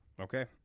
Okay